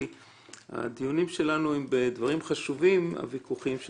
כי הדיונים שלנו הם בדברים חשובים אבל